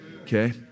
Okay